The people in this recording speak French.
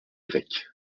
grecque